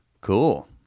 Cool